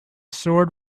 sword